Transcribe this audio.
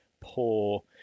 poor